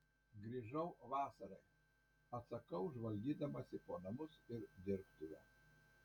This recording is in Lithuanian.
grįžau vasarai atsakau žvalgydamasi po namus ir dirbtuvę